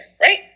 right